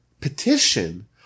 petition